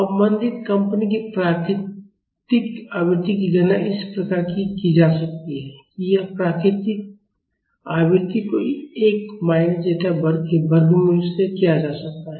अवमंदित कंपन की प्राकृतिक आवृत्ति की गणना इस प्रकार की जा सकती है कि यह प्राकृतिक आवृत्ति को एक माइनस ज़ेटा वर्ग के वर्गमूल से गुणा किया जाता है